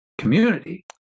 Community